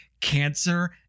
cancer